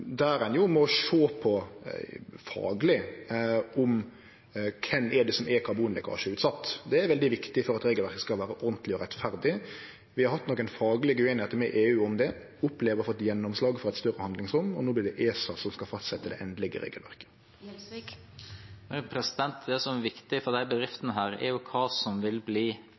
der ein må sjå på, fagleg, kven som er karbonlekkasjeutsette. Det er veldig viktig for at regelverket skal vere ordentleg og rettferdig. Vi har hatt nokre faglege ueinigheiter med EU om det. Eg opplever at vi har fått gjennomslag for eit større handlingsrom, og no vert det ESA som skal fastsetje det endelege regelverket. Det som er viktig for disse bedriftene, er jo hva som vil bli